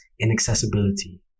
inaccessibility